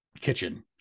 kitchen